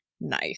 Nice